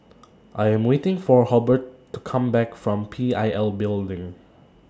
I Am waiting For Hobert to Come Back from PIL Building